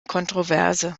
kontroverse